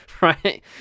right